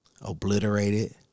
obliterated